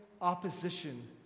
opposition